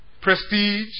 prestige